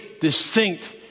distinct